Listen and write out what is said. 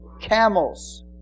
camels